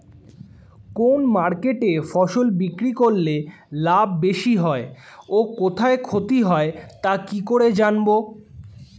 কোন মার্কেটে ফসল বিক্রি করলে লাভ বেশি হয় ও কোথায় ক্ষতি হয় তা কি করে জানবো?